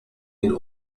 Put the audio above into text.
den